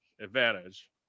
advantage